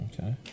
okay